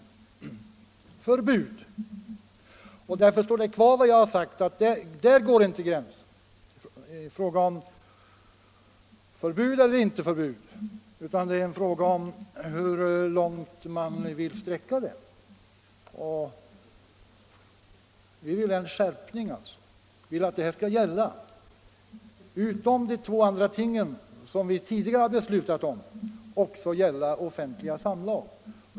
Därför kvarstår vad jag har sagt, att gränsen inte går vid frågan om förbud eller inte förbud utan frågan gäller hur långt man vill sträcka förbudet. Vi vill ha en skärpning. Vi vill att förbudet skall gälla — utom de två ting som vi tidigare har beslutat om — också offentliga samlag.